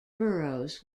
burrows